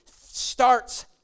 starts